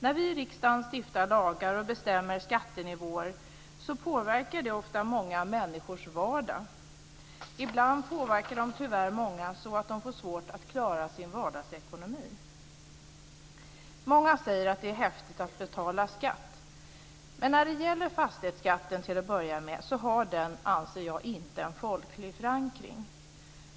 När vi i riksdagen stiftar lagar och bestämmer skattenivåer påverkar det ofta många människors vardag. Ibland påverkar det tyvärr många så att de får svårt att klara sin vardagsekonomi. Många säger att det är häftigt att betala skatt. Men om vi börjar med fastighetsskatten anser jag inte att den har en folklig förankring.